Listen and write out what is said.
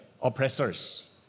oppressors